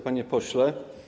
Panie Pośle!